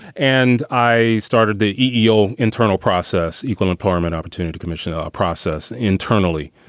and i started the eel internal process, equal employment opportunity commission ah process internally.